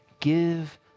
Give